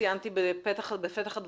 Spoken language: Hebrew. לפעילות החופית,